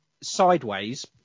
sideways